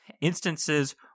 Instances